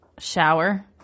shower